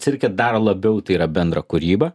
cirke dar labiau tai yra bendra kūryba